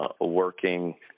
working